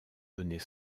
donner